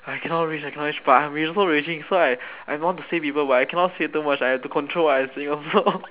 I cannot rage I cannot rage but I'm also raging so I I want to say people but I cannot say too much I have to control what I saying also